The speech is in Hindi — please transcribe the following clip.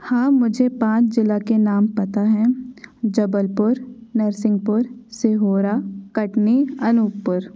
हाँ मुझे पाँच ज़िलों के नाम पता है जबलपुर नरसिंगपुर सीहोर कटनी अनुपपुर